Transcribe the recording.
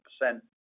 percent